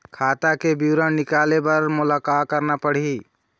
खाता के विवरण निकाले बर मोला का करना पड़ही?